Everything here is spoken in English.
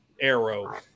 arrow